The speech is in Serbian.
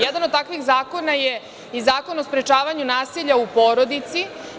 Jedan od takvih zakona je i Zakon o sprečavanju nasilja u porodici.